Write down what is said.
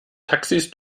taxis